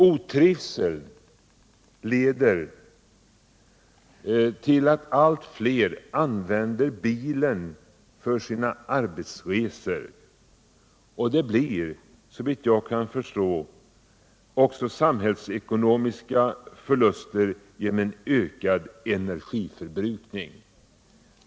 Otrivseln leder till att allt fler använder bilen för sina arbetsresor. Det medför, såvitt jag kan förstå, samhällsekonomiska förluster genom en ökad energiförbrukning.